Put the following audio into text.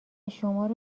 شمارو